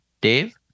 Dave